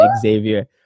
Xavier